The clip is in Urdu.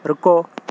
رکو